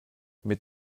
mit